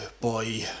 boy